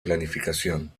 planificación